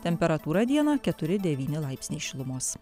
temperatūra dieną keturi devyni laipsniai šilumos